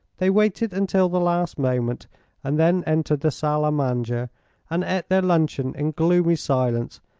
they waited until the last moment and then entered the salle a manger and ate their luncheon in gloomy silence,